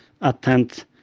attend